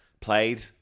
played